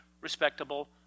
respectable